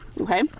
okay